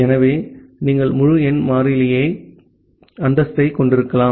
ஆகவே நீங்கள் முழு எண் மாறியாக அந்தஸ்தைக் கொண்டிருக்கலாம்